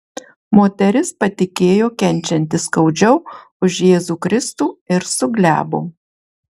moteris patikėjo kenčianti skaudžiau už jėzų kristų ir suglebo